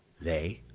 they?